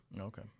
Okay